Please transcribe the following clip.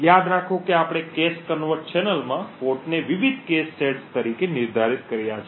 યાદ રાખો કે આપણે કૅશ કન્વર્ટ ચેનલમાં પોર્ટને વિવિધ કૅશ સેટ્સ તરીકે નિર્ધારિત કર્યા છે